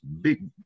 Big